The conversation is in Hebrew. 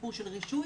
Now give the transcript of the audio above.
הסיפור של רישוי.